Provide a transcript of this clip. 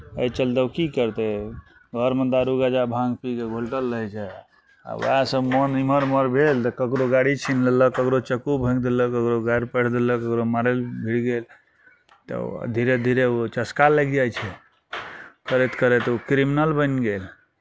एहि चलते ओ की करतै घरमे दारू गाँजा भाँङ्ग पी कऽ घुलटल रहै छै आ उएह सभ मोन इमहर ओमहर भेल तऽ ककरो गाड़ी छीन लेलक ककरो चक्कू भोँकि देलक ककरो गारि पढ़ि देलक ककरो मारय लए भिड़ गेल तऽ ओ धीरे धीरे ओ चस्का लागि जाइ छै करैत करैत ओ क्रिमिनल बनि गेल